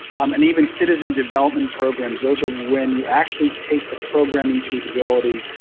um and even citizen development programs, those are when you actually take the programming capability,